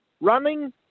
Running